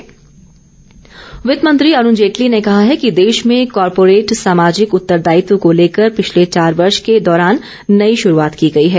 अरूण जेटली वित्तमंत्री अरुण जेटली ने कहा है कि देश में कार्पोरेट सामाजिक उत्तरदायित्व को लेकर पिछले चार वर्ष के दौरान नई शुरुआत की गई है